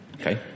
Okay